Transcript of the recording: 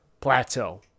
plateau